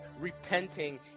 repenting